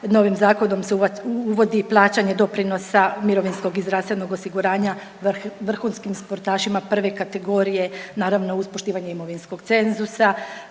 novim Zakonom se uvodi i plaćanje doprinosa mirovinskog i zdravstvenog osiguranja vrhunskim sportašima 1. kategorije, naravno uz poštivanje imovinskog cenzusa.